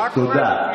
תודה.